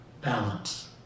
balance